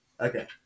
Okay